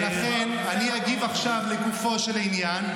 לכן אני אגיב עכשיו לגופו של עניין,